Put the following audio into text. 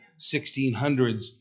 1600s